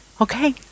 okay